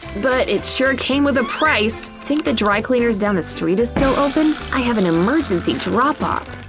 but it sure came with a price. think the dry-cleaners down the street is still open? i have an emergency drop-off!